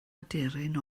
aderyn